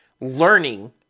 learning